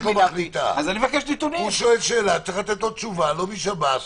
אני אומרת עוד פעם: